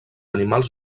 animals